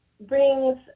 brings